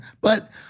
But-